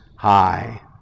High